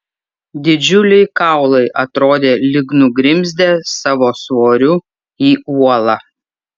didžiuliai kaulai atrodė lyg nugrimzdę savo svoriu į uolą